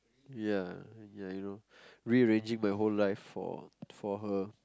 ya ya you know rearranging my whole life for for her